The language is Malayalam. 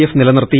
എഫ് നിലനിർത്തി